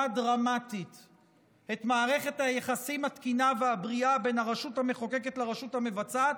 דרמטית את מערכת היחסים התקינה והבריאה בין הרשות המחוקקת לרשות המבצעת.